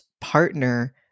partner